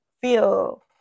feel